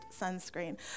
sunscreen